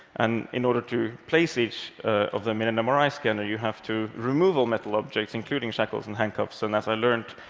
and in order to place each of them in an and mri scanner, you have to remove all metal objects, including shackles and handcuffs, and, as i learned,